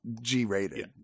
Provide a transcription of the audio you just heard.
G-rated